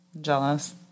Jealous